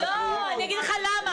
לא, אני אגיד לך למה.